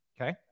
okay